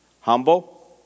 humble